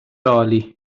عالی